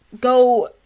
go